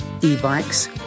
e-bikes